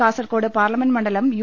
Kasaragod parliament മണ്ഡലം U